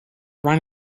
run